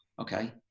Okay